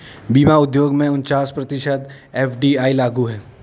बीमा उद्योग में उनचास प्रतिशत एफ.डी.आई लागू है